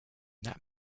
that